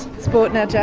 sport now